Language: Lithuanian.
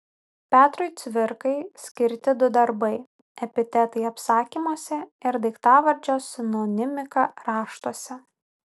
petrui cvirkai skirti du darbai epitetai apsakymuose ir daiktavardžio sinonimika raštuose